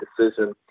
decision